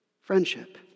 friendship